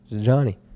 Johnny